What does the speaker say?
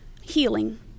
healing